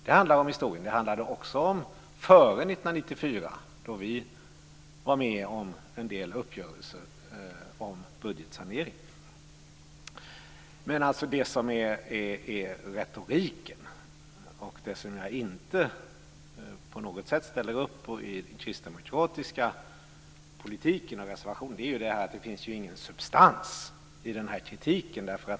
Det handlar om historien. Det handlade också om tiden före 1994, då vi var med om en del uppgörelser om budgetsanering. Det som är retoriken, och det som jag inte på något sätt ställer upp på i den kristdemokratiska politiken och i reservationen, är att det inte finns någon substans i kritiken.